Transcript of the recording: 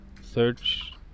search